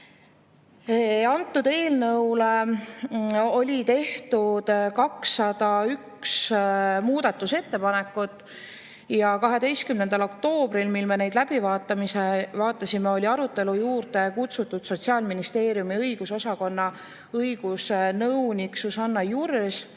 Eelnõu kohta tehti 201 muudatusettepanekut. 12. oktoobril, mil me neid läbi vaatasime, olid arutelu juurde kutsutud Sotsiaalministeeriumi õigusosakonna õigusnõunik Susanna Jurs